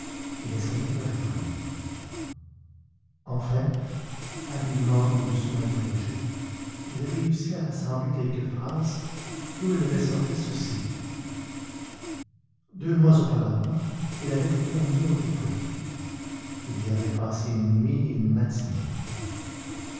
il essaya de répondre enfin habilement et doucement interrogé il réussit à rassembler quelques phrases d'où il ressortait ceci deux mois auparavant il avait été amené au dépôt il y avait passé une nuit et une matinée